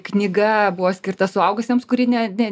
knyga buvo skirta suaugusiems kuri ne ne